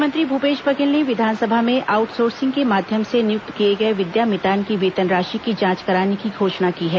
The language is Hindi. मुख्यमंत्री भूपेश बघेल ने विधानसभा में आउटसोर्सिंग के माध्यम से नियुक्त किए गए विद्यामितान की वेतन राशि की जांच कराने की घोषणा की है